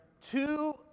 two